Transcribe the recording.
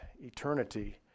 eternity